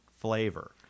flavor